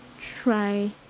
try